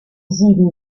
sieben